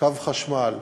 קו חשמל,